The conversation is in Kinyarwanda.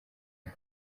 aha